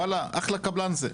וואלה אחלה קבלן זה,